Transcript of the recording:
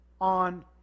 on